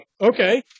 okay